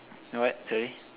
what sorry